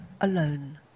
alone